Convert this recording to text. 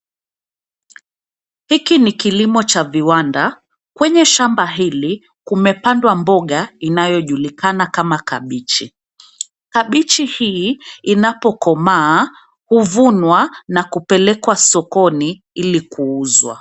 Hiki ni kilimo cha viwanda. Kwenye shamba hili kumepandwa mboga inayojulikana kama kabeji. Kabeji hii inapokomaa huvunwa na kupelekwa sokoni ili kuuzwa.